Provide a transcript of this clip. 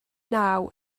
naw